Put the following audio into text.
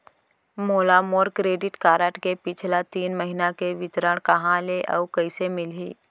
मोला मोर credit card के पिछला तीन महीना के विवरण कहाँ ले अऊ कइसे मिलही?